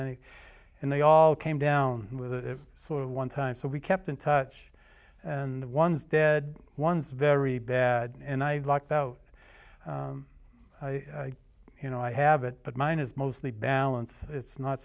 any and they all came down with sort of one time so we kept in touch and one's dead one's very bad and i lucked out you know i have it but mine is mostly balance it's not